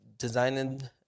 designing